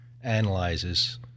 analyzes